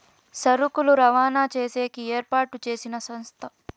సరుకులు రవాణా చేసేకి ఏర్పాటు చేసిన సంస్థ